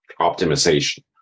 optimization